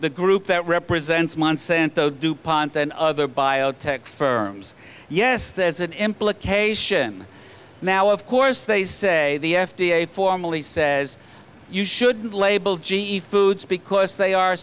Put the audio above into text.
the group that represents monsanto du pont and other biotech firms yes there's an implication now of course they say the f d a formally says you shouldn't label g e foods because they are